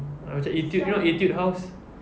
macam etude you know etude house